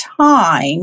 time